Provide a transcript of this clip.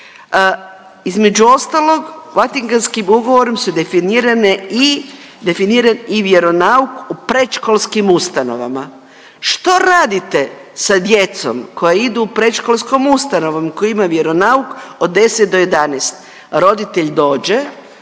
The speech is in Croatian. između ostalog Vatikanskim ugovorom su definirane i definiran i vjeronauk u predškolskim ustanovama. Što radite sa djecom koja idu u predškolskom ustanovom koja ima vjeronauk od 10 do 11? Roditelj dođe